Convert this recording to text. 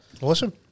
Awesome